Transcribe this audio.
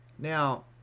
Now